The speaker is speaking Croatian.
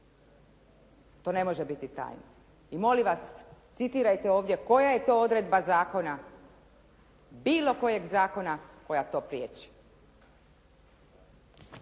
to ne može biti tajna. I molim vas, citirajte ovdje koja je to odredba zakona, bilo kojeg zakona koja to priječi.